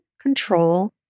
control